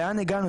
לאן הגענו?